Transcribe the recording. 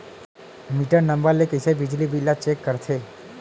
Metre number ले कइसे बिजली बिल ल चेक करथे?